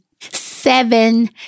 seven